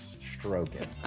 stroking